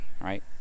right